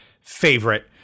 favorite